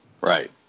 Right